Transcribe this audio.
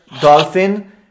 dolphin